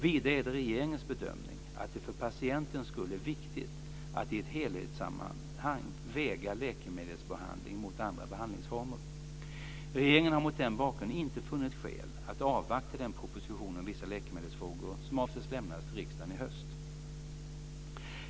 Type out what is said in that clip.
Vidare är det regeringens bedömning att det för patienternas skull är viktigt att i ett helhetssammanhang väga läkemedelsbehandling mot andra behandlingsformer. Regeringen har mot den bakgrunden inte funnit skäl att avvakta den proposition om vissa läkemedelsfrågor som avses bli lämnad till riksdagen i höst.